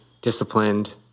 disciplined